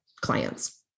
clients